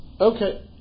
Okay